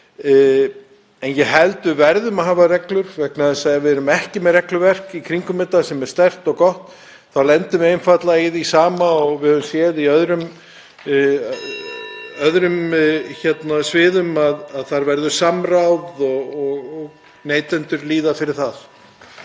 Ég held að við verðum að hafa reglur vegna þess að ef við erum ekki með regluverk í kringum þetta sem er sterkt og gott þá lendum við einfaldlega í því sama og við höfum séð á öðrum sviðum, að þar verður samráð og neytendur líða fyrir það.